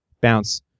bounce